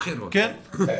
נכון?